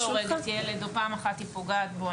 מספיק לי שפעם אחת היא הורגת ילד או שפעם אחת היא פוגעת בו,